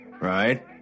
Right